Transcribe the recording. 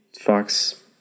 Fox